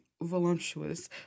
voluptuous